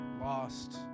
lost